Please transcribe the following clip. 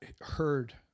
heard